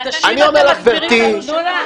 גברתי,